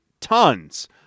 tons